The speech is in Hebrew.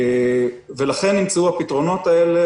לכן נמצאו הפתרונות האלה,